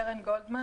שמי קרן גולדמן,